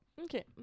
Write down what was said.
Okay